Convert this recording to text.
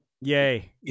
Yay